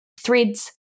threads